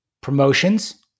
promotions